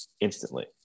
instantly